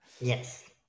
Yes